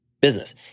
business